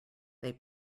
they